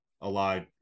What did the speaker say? alive